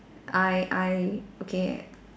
I I okay